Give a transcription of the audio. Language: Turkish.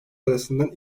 arasından